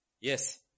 Yes